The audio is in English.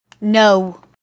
No